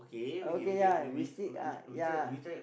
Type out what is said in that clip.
okay ya we see uh ya